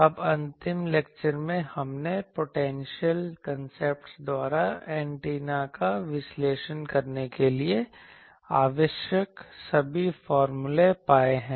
अब अंतिम लेक्चर में हमने पोटेंशियल कांसेप्ट द्वारा एंटीना का विश्लेषण करने के लिए आवश्यक सभी फॉर्मूले पाए हैं